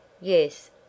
Yes